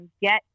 Get